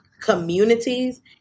communities